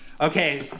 Okay